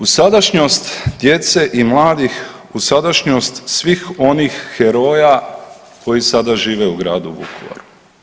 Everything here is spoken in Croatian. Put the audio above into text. U sadašnjost djece i mladih, u sadašnjost svih onih heroja koji sada žive u gradu Vukovaru.